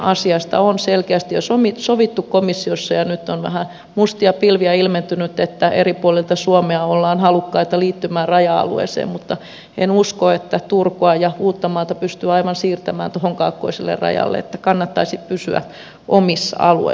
asiasta on selkeästi jo sovittu komissiossa ja nyt on vähän mustia pilviä ilmentynyt että eri puolilta suomea ollaan halukkaita liittymään raja alueeseen mutta en usko että turkua ja uuttamaata pystyy aivan siirtämään tuohon kaakkoiselle rajalle niin että kannattaisi pysyä omilla alueilla